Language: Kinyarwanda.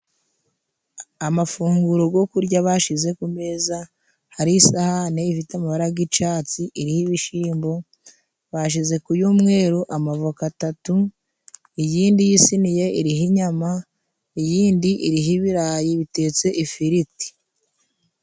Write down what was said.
Amafunguro go kurya bashize ku meza hari isahane ifite amabara g'icatsi iriho ibishimbo bashize ku y'umweru amavoka atatu iyindi yisiniye iriho inyama iyindi iriho ibirayi bitetse ifiriti.